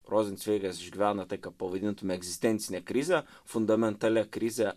rozencveigas išgyveno tai ką pavadintume egzistencine krize fundamentalia krize